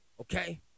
Okay